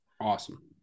Awesome